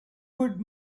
could